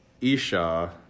isha